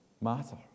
matter